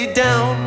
down